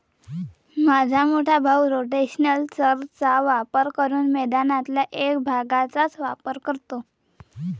माझा मोठा भाऊ रोटेशनल चर चा वापर करून मैदानातल्या एक भागचाच वापर करतो